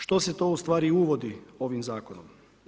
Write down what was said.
Što se to ustvari uvodi ovim zakonom?